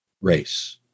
race